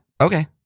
Okay